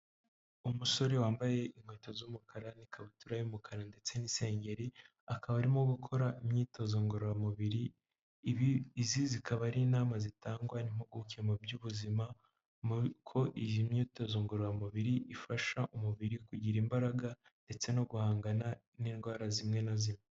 Umusore wambaye inkweto z'umukara n'ikabutura y'umukara ndetse n'isengeri akaba arimo gukora imyitozo ngororamubiri izi zikaba ari inama zitangwa n'impuguke mu by'ubuzima ko iyi myitozo ngororamubiri ifasha umubiri kugira imbaraga ndetse no guhangana n'indwara zimwe na zimwe.